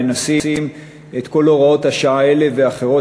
מנסים את כל הוראות השעה האלה והאחרות